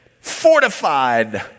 fortified